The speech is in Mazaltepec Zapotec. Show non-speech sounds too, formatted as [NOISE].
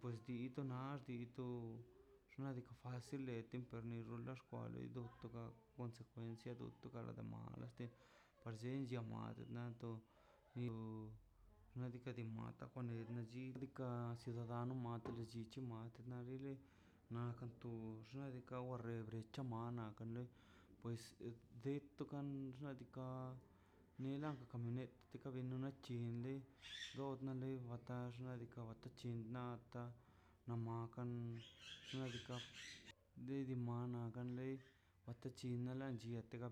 pues di to na di dito xnaꞌ diikaꞌ facil de timper rola xkwale [HESITATION] do toga konsekwencia dutogara de male par llenchia mal nato bio [NOISE] xnaꞌ diika' de mata kwa chika a ciudadano ma [NOISE] lo llichi madə nadile na gakan to xinladika we brecha mar nakan le pues de tokan radika nenan to camioneta bena nu chiende [NOISE] rod na ta xnaꞌ diikaꞌ wata chin na ta na makan [NOISE] xnaꞌ diika' de di manan de leix pata [NOISE] chinna lechix